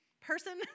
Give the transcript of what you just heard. person